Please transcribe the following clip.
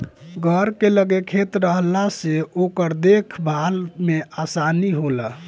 घर के लगे खेत रहला से ओकर देख भाल में आसानी होला